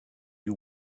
you